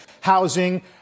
housing